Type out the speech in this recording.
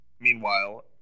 meanwhile